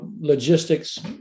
logistics